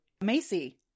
Macy